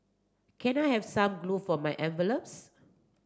can I have some glue for my envelopes